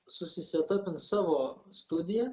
susisetapint savo studiją